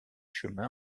chemin